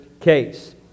case